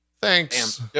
Thanks